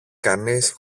κανείς